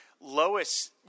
Lois